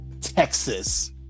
Texas